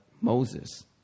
Moses